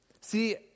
See